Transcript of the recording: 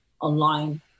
online